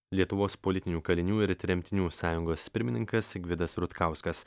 lietuvos politinių kalinių ir tremtinių sąjungos pirmininkas gvidas rutkauskas